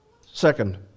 Second